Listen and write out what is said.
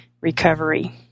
recovery